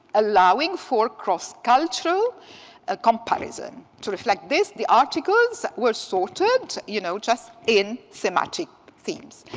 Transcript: allowing for cross-cultural ah comparison. to reflect this, the articles were sorted, you know, just in thematic themes.